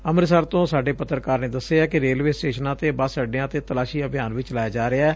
ਅੰਮਿਤਸਰ ਤੋਂ ਸਾਡੇ ਪੱਤਰਕਾਰ ਨੇ ਦਸਿਐ ਕਿ ਰੇਲਵੇ ਸਟੇਸ਼ਨਾਂ ਅਤੇ ਬੱਸ ਅੱਡਿਆਂ ਤੇ ਤਲਾਸ਼ੀ ਅਭਿਆਨ ਵੀ ਚਲਾਇਆ ਜਾ ਰਿਹੈ